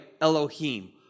Elohim